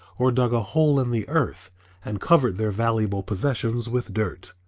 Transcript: or dug a hole in the earth and covered their valuable possessions with dirt.